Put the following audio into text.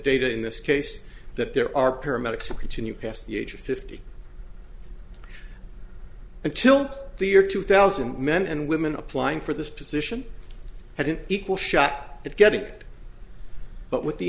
data in this case that there are paramedics who continue past the age of fifty until the year two thousand men and women applying for this position had an equal shot at getting it but with the